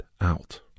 out